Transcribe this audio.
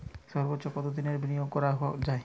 সর্বোচ্চ কতোদিনের বিনিয়োগ করা যায়?